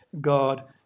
God